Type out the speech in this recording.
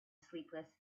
sleepless